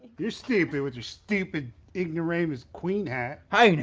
you're stupid with your stupid ignoramus queen hat. hey now,